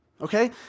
Okay